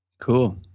Cool